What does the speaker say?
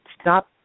stop